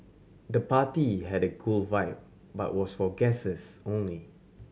the party had a cool vibe but was for guests only